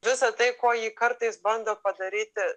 visa tai kuo jį kartais bando padaryti